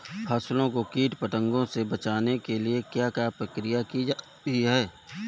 फसलों को कीट पतंगों से बचाने के लिए क्या क्या प्रकिर्या की जाती है?